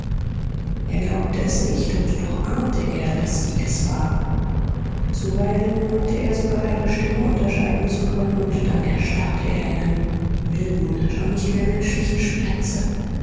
er glaubte es nicht und doch ahnte er daß sie es war zuweilen meinte er sogar ihre stimme unterscheiden zu können und dann erstarrte er in einem wilden schon nicht mehr menschlichen schmerze